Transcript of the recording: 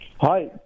Hi